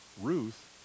Ruth